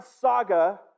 saga